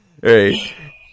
Right